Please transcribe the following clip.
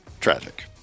tragic